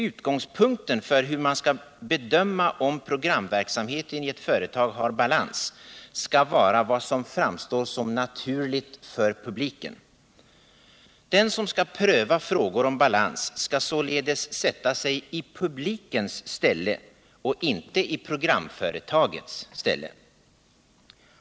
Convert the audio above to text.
Utgångspunkten för hur man skall bedöma om programverksamheten i ett företag har balans skall vara vad som framstår som naturligt för publiken. Den som skall pröva frågor om balans skall således sätta sig i publikens ställe och inte i programföretagets ställe.